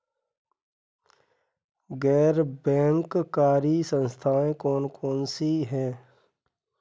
गैर बैंककारी संस्थाएँ कौन कौन सी हैं?